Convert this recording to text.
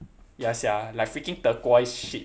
ya sia like freaking turquoise shit